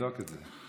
תבדוק את זה.